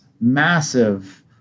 massive